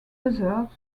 buzzards